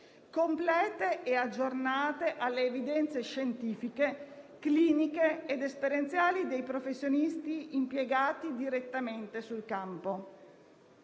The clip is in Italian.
complete e aggiornate alle evidenze scientifiche, cliniche ed esperienziali dei professionisti impiegati direttamente sul campo.